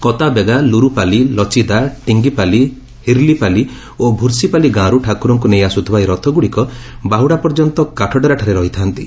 କତାବଗା ଲୁରୁପାଲି ଲଚିଦା ଟିଙିପାଲିହିର୍ଲିପାଲି ଓ ଭୁର୍ଷିପାଲି ଗାଁରୁ ଠାକୁରଙ୍ଙୁ ନେଇ ଆସୁଥିବା ଏହି ରଥଗୁଡ଼ିକ ବାହୁଡ଼ା ପର୍ଯ୍ୟନ୍ତ କାଠଡ଼େରାଠାରେ ରହିଥାନ୍ତି